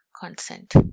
Consent